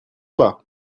pas